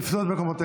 תפסו את מקומותיכם.